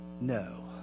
no